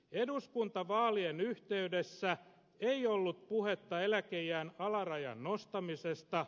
eduskuntavaalien yhteydessä ei ollut puhetta eläkeiän alarajan nostamisesta